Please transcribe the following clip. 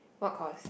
what course